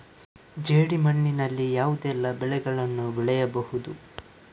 ಜೇಡಿ ಮಣ್ಣಿನಲ್ಲಿ ಯಾವುದೆಲ್ಲ ಬೆಳೆಗಳನ್ನು ಬೆಳೆಯಬಹುದು?